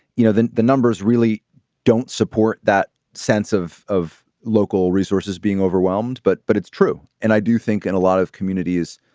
you know, the the numbers really don't support that sense of of local resources being overwhelmed. but but it's true. and i do think in a lot of communities,